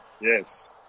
Yes